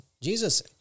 Jesus